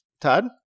Todd